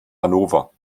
hannover